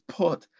put